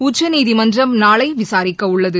உச்சநீதிமன்றம் நாளை விசாரிக்கவுள்ளது